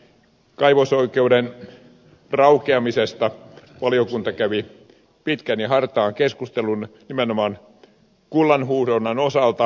kaivosoikeuden raukeamisesta valiokunta kävi pitkän ja hartaan keskustelun nimenomaan kullanhuuhdonnan osalta